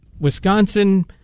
Wisconsin